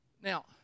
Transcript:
Now